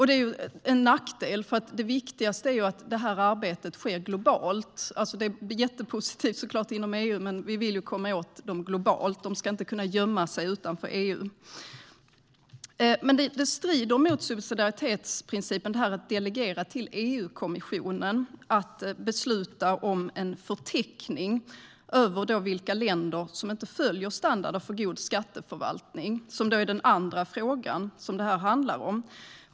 Det är en nackdel, för det viktigaste är att det här arbetet sker globalt. Det är såklart jättepositivt att det sker inom EU, men vi vill ju komma åt fuskarna globalt. De ska inte kunna gömma sig utanför EU. Det strider mot subsidiaritetsprincipen att delegera till EU-kommissionen att besluta om en förteckning över vilka länder som inte följer standarden för god skatteförvaltning, som är den andra frågan som det här handlar om.